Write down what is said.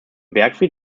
bergfried